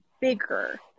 bigger